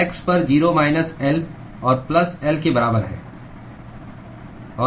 x पर 0 minus L और plus L के बराबर है